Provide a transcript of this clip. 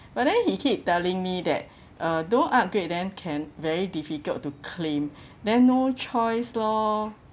but then he keep telling me that uh don't upgrade then can very difficult to claim then no choice lor